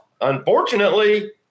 unfortunately